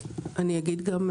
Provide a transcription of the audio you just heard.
אני אגיד גם,